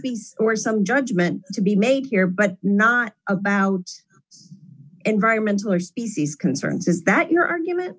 be or some judgement to be made here but not about environmental or species concerns is that your argument